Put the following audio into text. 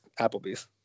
Applebee's